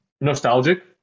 nostalgic